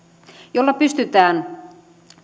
jolla pystytään